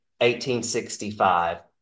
1865